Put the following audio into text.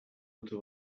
into